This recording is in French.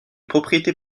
propriété